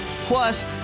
Plus